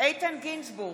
איתן גינזבורג,